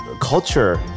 Culture